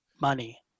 money